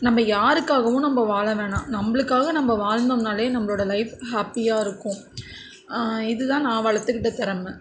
நம்ம யாருக்காகவும் நம்ம வாழ வேணாம் நம்மளுக்காக நம்ம வாழ்ந்தோம்னாலே நம்மளோட லைஃப் ஹாப்பியாக இருக்கும் இது தான் நான் வளர்த்துக்கிட்ட திறமை